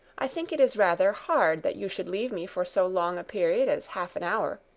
i think it is rather hard that you should leave me for so long a period as half an hour.